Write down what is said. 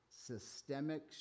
systemic